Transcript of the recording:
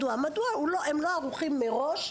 אז מדוע הם לא ערוכים מראש?